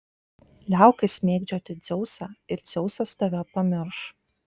liaukis mėgdžioti dzeusą ir dzeusas tave pamirš